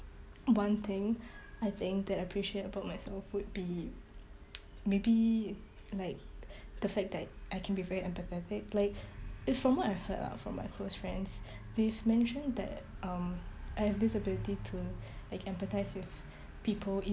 one thing I think that I appreciate about myself would be maybe like the fact that I can be very empathetic like it's from what I heard lah from my close friends they've mentioned that um I have this ability to like empathise with people